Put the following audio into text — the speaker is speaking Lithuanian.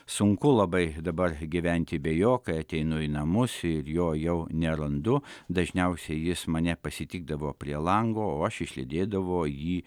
sunku labai dabar gyventi be jo kai ateinu į namus ir jo jau nerandu dažniausiai jis mane pasitikdavo prie lango o aš išlydėdavo jį